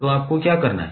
तो आपको क्या करना है